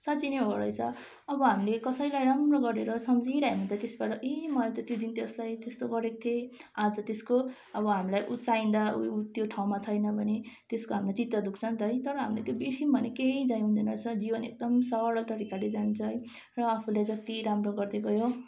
साँच्चै नै हो रहेछ अब हामीले कसैलाई राम्रो गरेर सम्झिरह्यो भने त त्यसबाट ए मैले त त्यो दिन त्यसलाई त्यस्तो गरेको थिएँ आज त्यसको अब हामीलाई ऊ चाहिँदा ऊ त्यो ठाउँमा छैन भने त्यसको हामीलाई चित्त दुख्छ नि त है तर हामीले त्यो बिर्सियौँ भने केही चाहिँदैन रहेछ जीवन एकदम सरल तरिकाले जान्छ है र आफूले जत्ति राम्रो गर्दै गयो